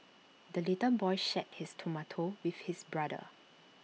the little boy shared his tomato with his brother